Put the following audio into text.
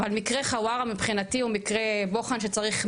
אבל מקרה חווארה מבחינתי הוא מקרה בוחן שצריך,